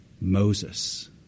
Moses